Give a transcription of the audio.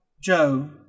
Joe